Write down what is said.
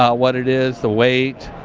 ah what it is, the weight.